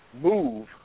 MOVE